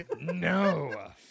no